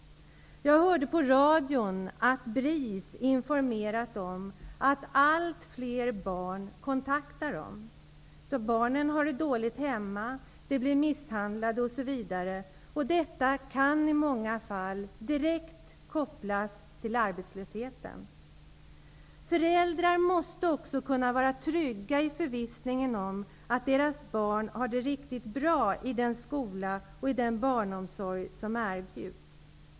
Jag hörde på radion att BRIS informerat om att allt fler barn kontakter dem. Barnen har det dåligt hemma. De blir misshandlade osv. Detta kan i många fall direkt kopplas till arbetslösheten. Föräldrar måste också kunna vara trygga i förvissningen om att deras barn har det riktigt bra i den skola och i den barnomsorg som erbjuds.